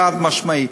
חד-משמעית,